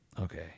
Okay